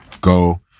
go